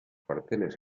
cuarteles